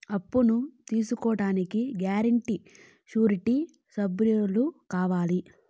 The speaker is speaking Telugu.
అప్పును తీసుకోడానికి గ్యారంటీ, షూరిటీ సభ్యులు కావాలా?